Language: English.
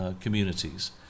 communities